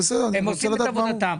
הם עושים את עבודתם.